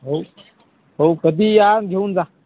हो हो कधी या घेऊन जा